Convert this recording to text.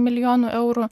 milijonų eurų